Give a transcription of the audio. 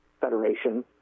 Federation